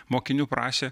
mokinių prašė